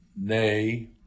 nay